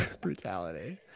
Brutality